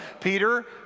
Peter